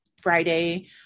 Friday